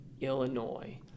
Illinois